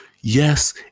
yes